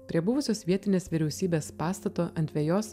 prie buvusios vietinės vyriausybės pastato ant vejos